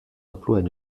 emplois